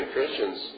Christians